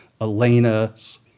Elena's